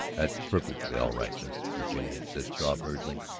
that's perfectly all right, miss virginia, said struve hurriedly.